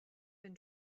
been